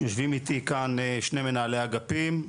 יושבים איתי כאן שני מנהלי האגפים,